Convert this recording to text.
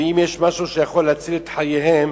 ואם יש משהו שיכול להציל את חייהם